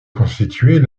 constituait